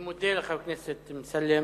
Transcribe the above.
אני מודה לחבר הכנסת אמסלם.